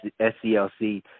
SCLC